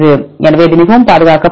எனவே இது மிகவும் பாதுகாக்கப்படுகிறது